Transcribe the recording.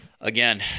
Again